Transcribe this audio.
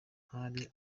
hari